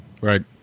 Right